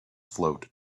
float